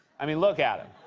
i mean, look at him.